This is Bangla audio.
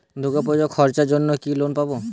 দূর্গাপুজোর খরচার জন্য কি লোন পাব?